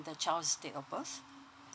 the child's date of birth